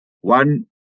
One